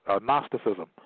Gnosticism